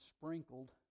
sprinkled